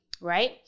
right